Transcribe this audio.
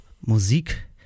Musik